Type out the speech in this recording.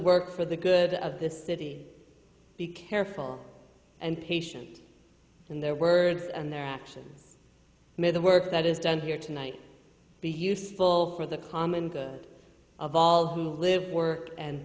work for the good of this city be careful and patient in their words and their actions may the work that is done here tonight be useful for the common good of all who live work and